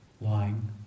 lying